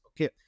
Okay